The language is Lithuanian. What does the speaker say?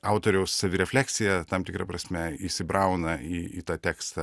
autoriaus savirefleksija tam tikra prasme įsibrauna į į tą tekstą